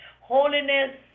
holiness